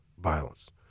violence